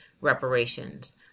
reparations